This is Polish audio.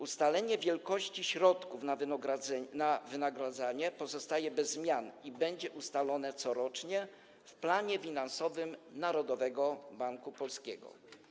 Ustalenie wielkości środków na wynagradzanie pozostaje bez zmian i będzie ustalane corocznie w planie finansowym Narodowego Banku Polskiego.